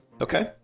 Okay